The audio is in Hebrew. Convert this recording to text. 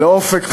ל"אופק חדש",